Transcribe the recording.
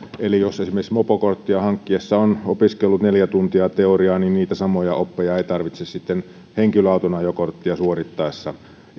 eli jos esimerkiksi mopokorttia hankkiessa on opiskellut neljä tuntia teoriaa niin niitä samoja oppeja ei tarvitse sitten henkilöauton ajokorttia suorittaessa